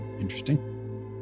interesting